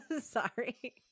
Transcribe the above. Sorry